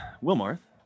Wilmarth